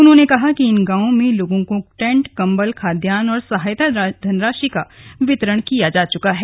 उन्होंने कहा कि इन गांवों में लोगों को टैण्ट कम्बल खाद्यान्न और सहायता धनराशि का वितरण किया जा चुका है